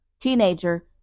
Teenager